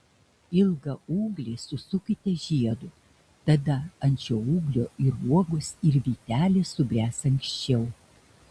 ilgą ūglį susukite žiedu tada ant šio ūglio ir uogos ir vytelės subręs anksčiau